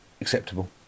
acceptable